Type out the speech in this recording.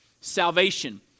salvation